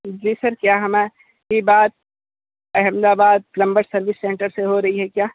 जी sir क्या हमारी बात अहमदाबाद प्लंबर सर्विस सेंटर से हो रही है क्या